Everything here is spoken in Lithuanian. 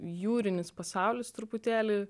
jūrinis pasaulis truputėlį